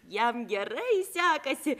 jam gerai sekasi